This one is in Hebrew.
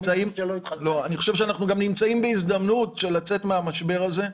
אבל אני חושב שאנחנו גם נמצאים בהזדמנות לצאת מהמשבר הזה,